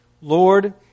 Lord